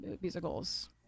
musicals